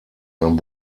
ein